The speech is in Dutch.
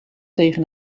tegen